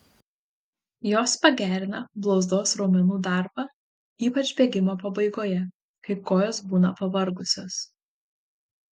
jos pagerina blauzdos raumenų darbą ypač bėgimo pabaigoje kai kojos būna pavargusios